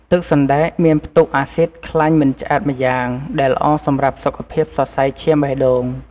ទឹកសណ្តែកមានផ្ទុកអាស៊ីតខ្លាញ់មិនឆ្អែតម្យ៉ាង ដែលល្អសម្រាប់សុខភាពសរសៃឈាមបេះដូង។